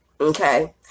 Okay